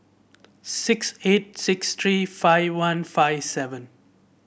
six eight six three five one five seven